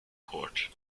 court